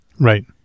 Right